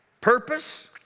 purpose